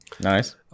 Nice